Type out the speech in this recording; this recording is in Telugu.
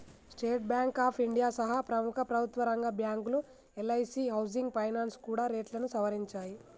స్టేట్ బాంక్ ఆఫ్ ఇండియా సహా ప్రముఖ ప్రభుత్వరంగ బ్యాంకులు, ఎల్ఐసీ హౌసింగ్ ఫైనాన్స్ కూడా రేట్లను సవరించాయి